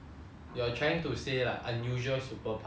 you are trying to say like unusual superpower